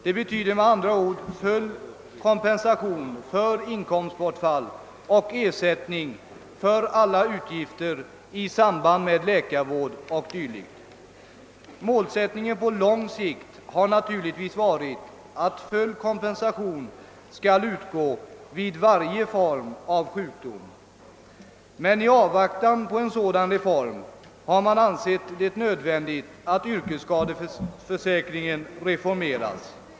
Det betyder med andra ord full kompensation för inkomstbortfall och ersättning för alla utgifter i samband med läkarvård och dylikt. Målsättningen på lång sikt har naturligtvis varit att full kompensation skall utges vid varje form av sjukdom, men i avvaktan på en sådan reform har man ansett det nödvändigt att yrkesskadeförsäkringen reformeras.